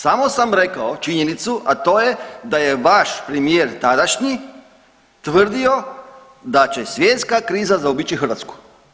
Samo sam rekao činjenicu, a to je da je vaš premijer tadašnji tvrdio da će svjetska kriza zaobići Hrvatsku.